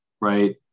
right